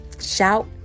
Shout